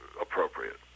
appropriate